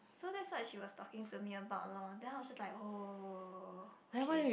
so that what's she was talking to me about loh then I also like !whoa! okay